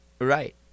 Right